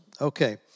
Okay